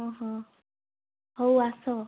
ହଁ ହଁ ହଉ ଆସ